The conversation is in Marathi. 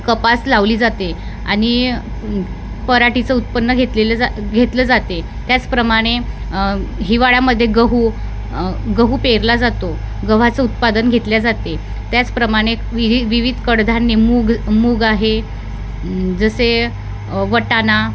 कपास लावली जाते आणि पराठीचं उत्पन्न घेतलेलं जात घेतलं जाते त्याचप्रमाणे हिवाळ्यामध्ये गहू गहू पेरला जातो गव्हाचं उत्पादन घेतल्या जाते त्याचप्रमाणे विहिद विविध कडधान्य मूग मूग आहे जसे वटाणा